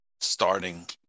starting